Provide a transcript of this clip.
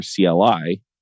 CLI